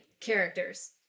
characters